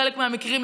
בחלק מהמקרים,